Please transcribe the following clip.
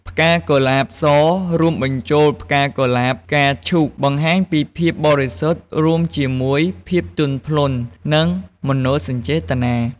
ផ្កាកុលាបស រួមបញ្ចូលផ្កាកុលាបពណ៌ផ្កាឈូក បង្ហាញពីភាពបរិសុទ្ធរួមជាមួយភាពទន់ភ្លន់ និងមនោសញ្ចេតនា។